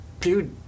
Dude